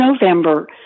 November